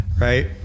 right